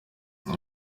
abo